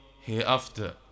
hereafter